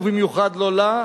ובמיוחד לא לה.